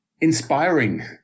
inspiring